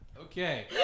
Okay